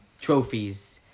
trophies